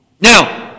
Now